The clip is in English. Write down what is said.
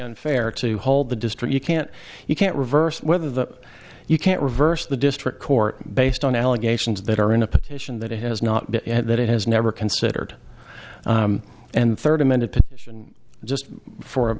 unfair to hold the district you can't you can't reverse whether that you can't reverse the district court based on allegations that are in a petition that has not been that it has never considered and